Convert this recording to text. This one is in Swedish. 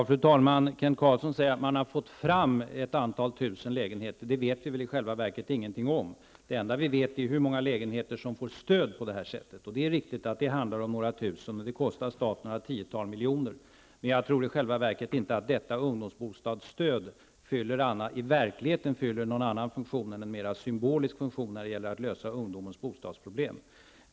Fru talman! Kent Carlsson säger att man har fått fram ett antal tusen lägenheter. Det vet vi väl i själva verket ingenting om. Det enda vi vet är hur många lägenheter som får stöd på detta sätt. Och det är riktigt att det handlar om några tusen, och det kostar staten några tiotals miljoner. Men jag tror i själva verket inte att detta ungdomsbostadsstöd i verkligheten fyller någon annan funktion än en mer symbolisk funktion när det gäller att lösa ungdomarnas bostadsproblem.